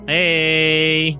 Hey